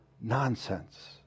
nonsense